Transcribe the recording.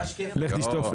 המתנו לך.